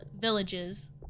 villages